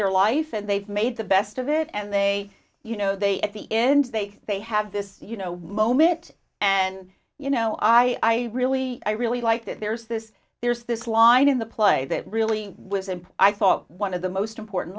their life and they've made the best of it and they you know they at the end they they have this you know moment and you know i really i really like that there's this there's this line in the play that really was and i thought one of the most important